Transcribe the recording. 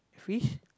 fish